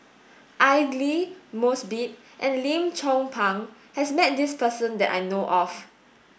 Aidli Mosbit and Lim Chong Pang has met this person that I know of